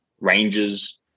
ranges